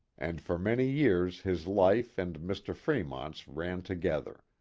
and for many years his life and mr. fremont's ran together.